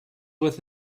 with